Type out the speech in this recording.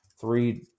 three